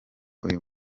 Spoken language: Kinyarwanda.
uyu